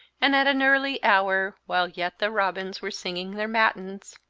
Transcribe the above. and at an early hour, while yet the robins were singing their matins,